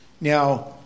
now